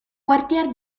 quartier